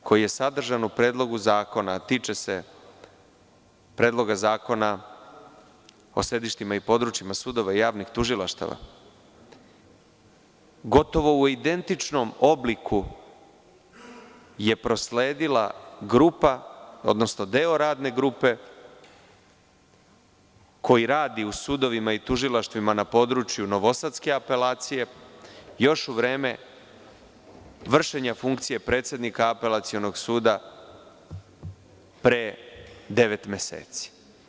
Predlog koji je sadržan u Predlogu zakona, a tiče se Predloga zakona o sedištima i područjima sudova i javnih tužilaštava, gotovo u identičnom obliku je prosledio deo radne grupe koji radi u sudovima i tužilaštvima na području novosadske apelacije još u vreme vršenja funkcije predsednike Apelacionog suda pre devet meseci.